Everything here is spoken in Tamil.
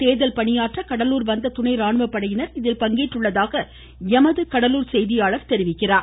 தேர்தல் பணியாற்ற கடலூர் வந்த துணை ராணுவப்படையினர் இதில் பங்கேற்றுள்ளதாக எமது கடலூர் செய்தியாளர் தெரிவிக்கிறார்